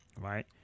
right